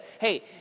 Hey